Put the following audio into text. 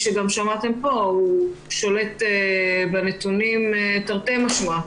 שולט בנתונים תרתי משמע,